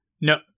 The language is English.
no